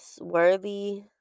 worthy